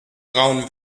braun